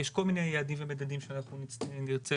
יש כל מיני יעדים ומדדים שאנחנו נרצה